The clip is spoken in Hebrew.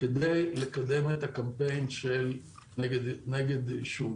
כדי לקדם את הקמפיין נגד עישון.